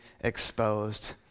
exposed